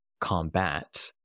combat